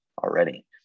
already